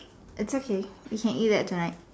it's okay we can eat that tonight